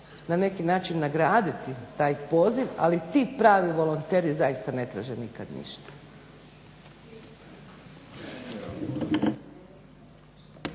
na neki način nagraditi taj poziv. Ali ti zaista pravi volonteri zaista ne traže nikad ništa.